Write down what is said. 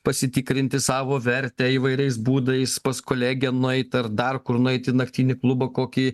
pasitikrinti savo vertę įvairiais būdais pas kolegę nueit ar dar kur nueit į naktinį klubą kokį